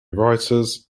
writers